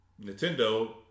Nintendo